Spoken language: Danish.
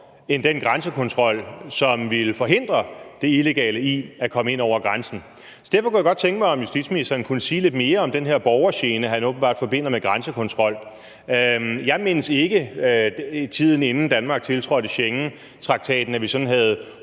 end den grænsekontrol, som ville forhindre det illegale i at komme ind over grænsen. Derfor kunne jeg godt tænke mig, at justitsministeren kunne sige lidt mere om den her borgergene, han åbenbart forbinder med grænsekontrol. Jeg mindes ikke, at vi, i tiden inden Danmark tiltrådte Schengentraktaten, sådan havde